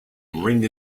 ring